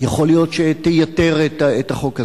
יכול להיות שתייתר את החוק.